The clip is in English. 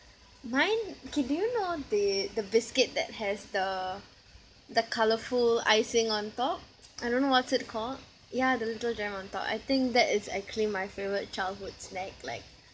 mine K do you know the the biscuit that has the the colourful icing on top I don't know what's it called yeah the little gem on top I think that is actually my favourite childhood snack like